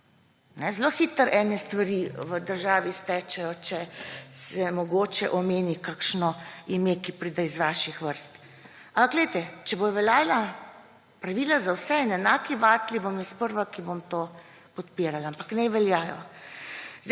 Zelo hitro ene stvari v državi stečejo, če se mogoče omeni kakšno ime, ki pride iz vaših vrst. Ampak glejte, če bodo veljala pravila za vse in enaki vatli, bom jaz prva, ki bom to podpirala, ampak naj veljajo.